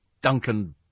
Duncan